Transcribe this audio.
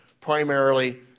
Primarily